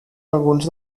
alguns